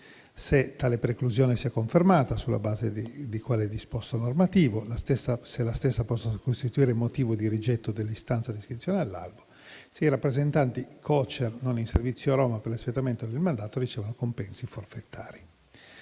se tale preclusione sia confermata e sulla base di quale disposto normativo; se la stessa possa costituire motivo di rigetto dell'istanza di iscrizione all'albo; se i rappresentanti Cocer non in servizio a Roma per l'espletamento del mandato ricevono compensi forfettari.